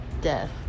death